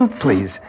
please